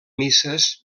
misses